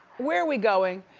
where we going,